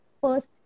first